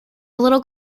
little